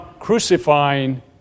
crucifying